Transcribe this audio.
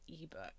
ebook